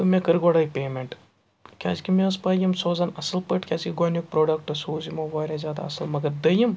تہٕ مے کٔر گۄڈَے پیمنٛٹ کیٛازِکہِ مےٚ ٲسۍ پَے یِم سوزَن اَصٕل پٲٹھۍ کیٛازِکہِ گوڈٕنیُک پرٛوڈَوکٹ سوٗز یِمو واریاہ زیادٕ اَصٕل مگر دٔیِم